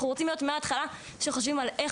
אנחנו רוצים להיות מהתחלה שחושבים על איך